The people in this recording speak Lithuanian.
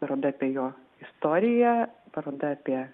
paroda apie jo istoriją paroda apie